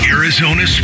Arizona